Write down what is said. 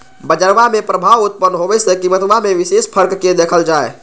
बजरवा में प्रभाव उत्पन्न होवे से कीमतवा में विशेष फर्क के देखल जाहई